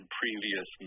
previous